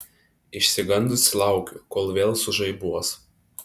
išsigandusi laukiu kol vėl sužaibuos